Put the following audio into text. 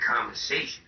conversation